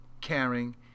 caring